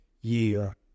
year